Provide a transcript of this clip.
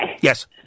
Yes